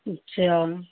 अच्छा